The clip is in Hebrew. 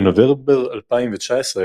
בנובמבר 2019,